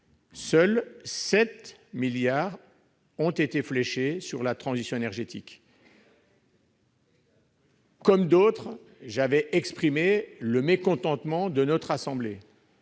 seuls 7 milliards d'euros ont été fléchés sur la transition énergétique. Comme d'autres, j'avais exprimé le mécontentement de notre assemblée